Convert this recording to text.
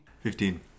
Fifteen